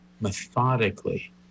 methodically